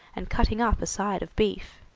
and cutting up a side of beef.